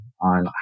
on